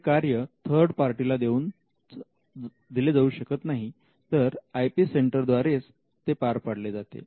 हे कार्य थर्ड पार्टीला दिले जाऊ शकत नाही तर आय पी सेंटरद्वारेच ते पार पाडले जाते